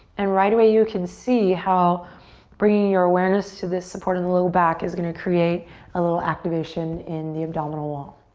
and right away you could see how bringing your awareness to this support in the low back is gonna create a little activation in the abdominal wall.